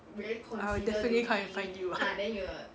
I'll definitely come and find you ah